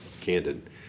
candid